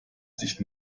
sich